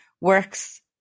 works